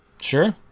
Sure